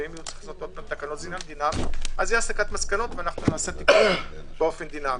ונעשה זאת באופן דינמי,